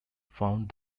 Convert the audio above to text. found